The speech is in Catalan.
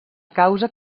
causa